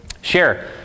share